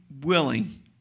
willing